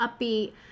upbeat